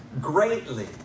greatly